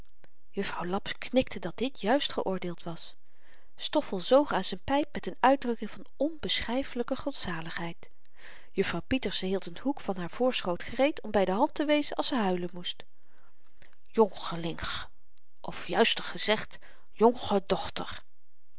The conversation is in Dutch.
juffrouw laps knikte dat dit juist geoordeeld was stoffel zoog aan z'n pyp met n uitdrukking van onbeschryfelyke godzaligheid juffrouw pieterse hield n hoek van haar voorschoot gereed om by de hand te wezen als ze huilen moest jonchelinch of juister gezegd jonche